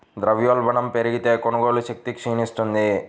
ద్రవ్యోల్బణం పెరిగితే, కొనుగోలు శక్తి క్షీణిస్తుంది